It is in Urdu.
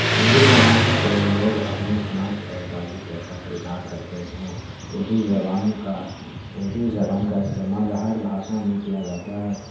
اردو زبان کو لوگ اپنی سناخت اور تعلق کے حساب سے اظہار کرتے ہیں اردو زبان کا اردو زبان کا استعمال ہر بھاشا میں کیا جاتا ہے